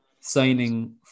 signing